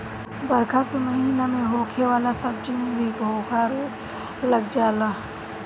बरखा के महिना में होखे वाला सब्जी में भी घोघा रोग लाग जाला